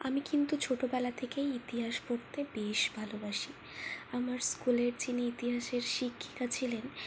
আমি কিন্তু ছোটোবেলা থেকেই ইতিহাস পড়তে বেশ ভালোবাসি আমার স্কুলের যিনি ইতিহাসের শিক্ষিকা ছিলেন